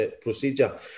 procedure